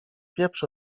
pieprz